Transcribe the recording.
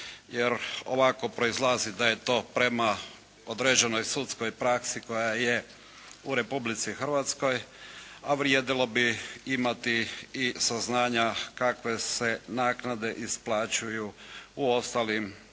jer ovako proizlazi da je to prema određenoj sudskoj praksi koja je u Republici Hrvatskoj. A vrijedilo imati i saznanja kakve se naknade isplaćuju u ostalim zemljama